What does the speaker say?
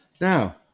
Now